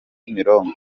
kimironko